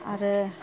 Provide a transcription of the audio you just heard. आरो